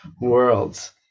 worlds